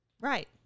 right